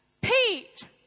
Pete